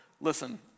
listen